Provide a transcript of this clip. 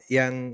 yang